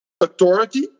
authority